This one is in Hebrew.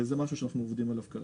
וזה משהו שאנחנו עובדים עליו כרגע.